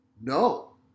no